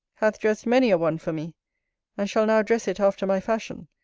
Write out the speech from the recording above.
hath dressed many a one for me and shall now dress it after my fashion,